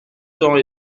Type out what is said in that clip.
sont